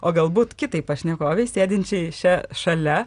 o galbūt kitai pašnekovei sėdinčiai čia šalia